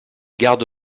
garde